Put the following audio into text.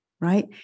right